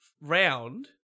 round